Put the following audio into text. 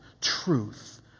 Truth